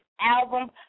album